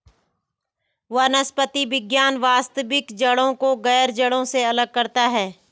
वनस्पति विज्ञान वास्तविक जड़ों को गैर जड़ों से अलग करता है